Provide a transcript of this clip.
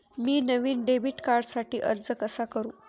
मी नवीन डेबिट कार्डसाठी अर्ज कसा करु?